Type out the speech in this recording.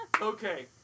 Okay